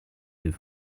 the